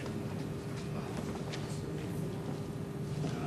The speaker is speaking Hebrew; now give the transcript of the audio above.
13) (הפסקה